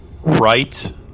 Right